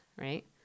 right